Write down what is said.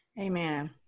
Amen